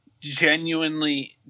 Genuinely